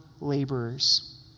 laborers